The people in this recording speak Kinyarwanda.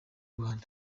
rwanda